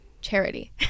charity